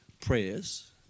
prayers